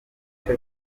duce